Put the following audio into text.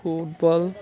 football